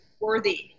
worthy